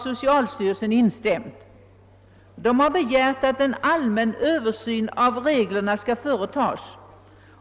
Socialstyrelsen har begärt att en allmän översyn av reglerna skall företas.